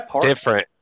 different